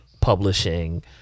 publishing